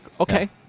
okay